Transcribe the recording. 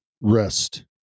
Rest